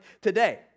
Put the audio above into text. today